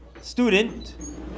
student